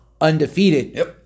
undefeated